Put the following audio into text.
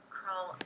crawl